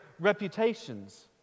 reputations